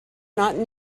not